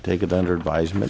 take it under advisement